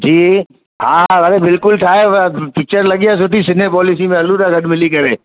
जी हा अरे बिल्कुलु ठाहे व पिचर लॻी आ सुठी सिनेपोलिसी में हलूं था गॾु मिली करे